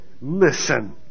Listen